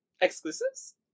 exclusives